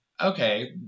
Okay